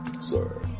sir